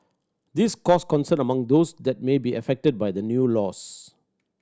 this caused concern among those that may be affected by the new rules